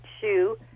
shoe